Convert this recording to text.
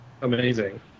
amazing